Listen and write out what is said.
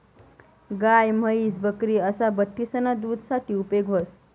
गाय, म्हैस, बकरी असा बठ्ठीसना दूध साठे उपेग व्हस